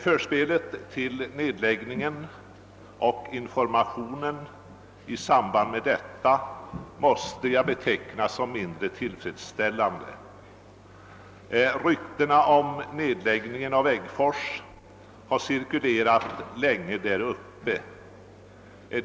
Förspelet till nedläggningen och informationen i samband med denna måste jag beteckna som mindre tillfredsställande. Rykten om nedläggning av Äggfors hade cirkulerat länge däruppe.